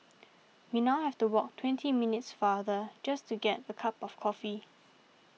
we now have to walk twenty minutes farther just to get a cup of coffee